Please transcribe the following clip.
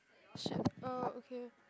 shit orh okay